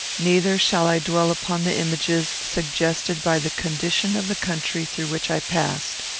neither shall i dwell upon the images suggested by the condition of the country through which i passed.